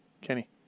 Kenny